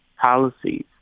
policies